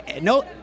No